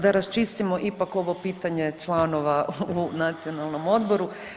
Da raščistimo ipak ovo pitanje članova u Nacionalnom odboru.